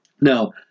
Now